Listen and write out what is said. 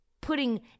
putting